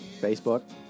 Facebook